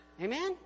Amen